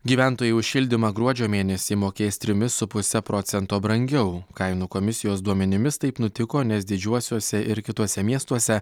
gyventojai už šildymą gruodžio mėnesį mokės trimis su puse procento brangiau kainų komisijos duomenimis taip nutiko nes didžiuosiuose ir kituose miestuose